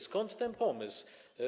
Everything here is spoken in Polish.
Skąd ten pomysł?